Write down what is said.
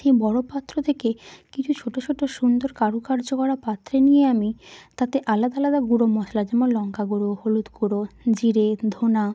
সেই বড় পাত্র থেকে কিছু ছোট ছোট সুন্দর কারুকার্য করা পাত্রে নিয়ে আমি তাতে আলাদা আলাদা গুঁড়ো মশলা যেমন লঙ্কা গুঁড়ো হলুদ গুঁড়ো জিরে ধনা